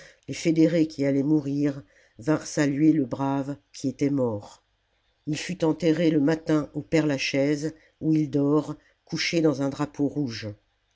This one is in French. les fédérés qui allaient mourir vinrent saluer le brave qui était mort il fut enterré le matin au père-lachaise où il dort couché dans un drapeau rouge